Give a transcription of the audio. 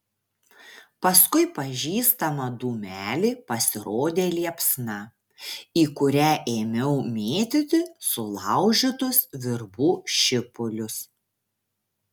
paskui pažįstamą dūmelį pasirodė liepsna į kurią ėmiau mėtyti sulaužytus virbų šipulius